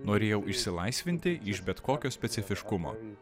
norėjau išsilaisvinti iš bet kokio specifiškumo